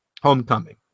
homecoming